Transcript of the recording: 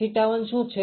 cosθ1 શું છે